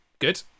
good